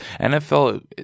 NFL